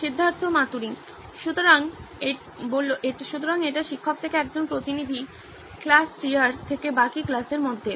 সিদ্ধার্থ মাতুরি সুতরাং এটি শিক্ষক থেকে একজন প্রতিনিধি ক্লাস সিআর থেকে বাকি ক্লাসের মধ্যে